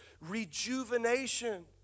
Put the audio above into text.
rejuvenation